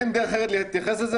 אין דרך אחרת להתייחס לזה,